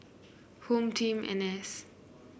Home Team N S